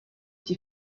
die